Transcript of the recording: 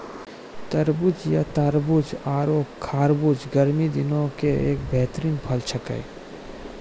तरबूज या तारबूज आरो खरबूजा गर्मी दिनों के एक बेहतरीन फल छेकै